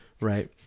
right